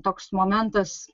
toks momentas